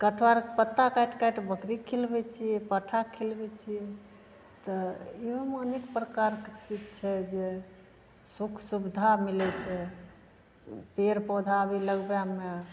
कटहरके पत्ता काटि काटि बकरीके खिलबै छियै पाठाके खिलबै छियै तऽ इहोमे अनेक प्रकारके सीख छै जे सुख सुबिधा मिलैत छै ओ पेड़ पौधाभी लगबैमे